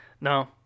no